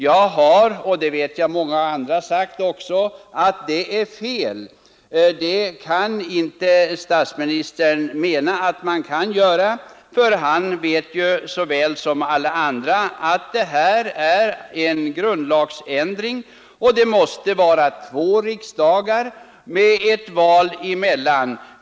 Jag har sagt — och det vet jag att många andra också har gjort — att det är fel; statsministern kan inte mena detta, för han såväl som alla andra vet ju att det här är fråga om en grundlagsändring som kräver beslut av två riksdagar med mellanliggande val.